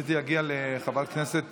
רציתי להגיע לחברת הכנסת